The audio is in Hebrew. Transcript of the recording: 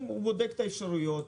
הוא בודק את האפשרויות,